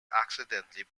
accidentally